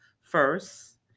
first